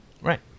Right